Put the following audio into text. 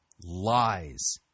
lies